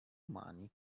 umani